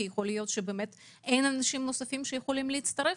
כי יכול להיות שאין אנשים נוספים שיכולים להצטרף.